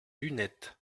lunettes